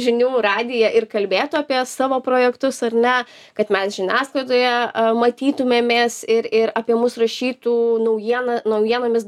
žinių radiją ir kalbėtų apie savo projektus ar ne kad mes žiniasklaidoje matytumėmės ir ir apie mus rašytų naujiena naujienomis